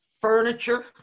furniture